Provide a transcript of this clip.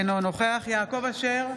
אינו נוכח יעקב אשר,